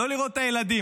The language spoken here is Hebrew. לא לראות את הילדים,